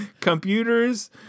computers